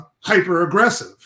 hyper-aggressive